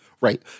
Right